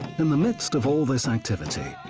in the midst of all this activity,